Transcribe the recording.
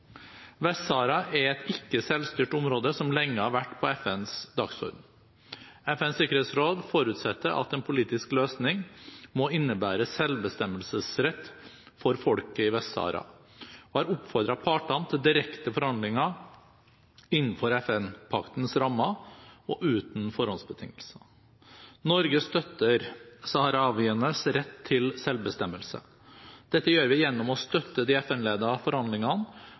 er et ikke-selvstyrt område, som lenge har vært på FNs dagsorden. FNs sikkerhetsråd forutsetter at en politisk løsning må innebære selvbestemmelsesrett for folket i Vest-Sahara og har oppfordret partene til direkte forhandlinger innenfor FN-paktens rammer og uten forhåndsbetingelser. Norge støtter saharawienes rett til selvbestemmelse. Dette gjør vi gjennom å støtte de FN-ledete forhandlingene